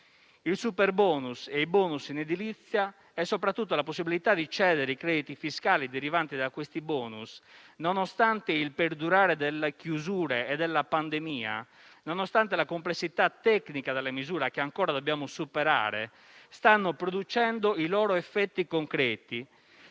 il superbonus e i bonus in edilizia e soprattutto la possibilità di cedere i crediti fiscali derivanti da questi bonus, nonostante il perdurare delle chiusure e della pandemia, nonostante la complessità tecnica dalle misura che ancora dobbiamo superare, stanno producendo i loro effetti concreti,